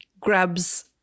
grabs